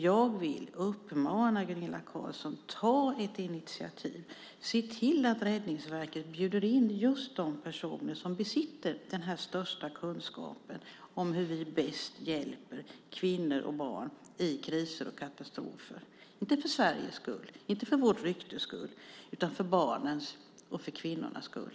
Jag vill uppmana Gunilla Carlsson att ta initiativ och se till att Räddningsverket bjuder in de personer som besitter den största kunskapen om hur vi bäst hjälper kvinnor och barn i kriser och katastrofer - inte för Sveriges skull, inte för vårt ryktes skull, utan för barnens och kvinnornas skull.